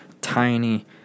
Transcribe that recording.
Tiny